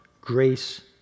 grace